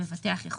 המבטח יכול.